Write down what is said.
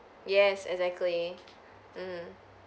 yes exactly mm